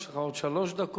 יש לך עוד שלוש דקות.